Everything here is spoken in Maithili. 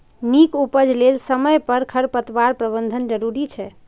नीक उपज लेल समय पर खरपतवार प्रबंधन जरूरी छै